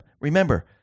Remember